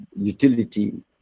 utility